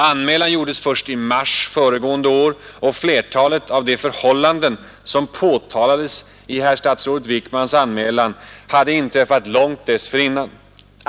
Anmälan gjordes först i mars föregående år och flertalet av de förhållanden som påtalades i statsrådet Wickmans anmälan hade inträffat långt dessförinnan.